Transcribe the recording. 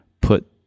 put